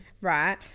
Right